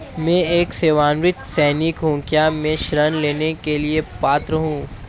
मैं एक सेवानिवृत्त सैनिक हूँ क्या मैं ऋण लेने के लिए पात्र हूँ?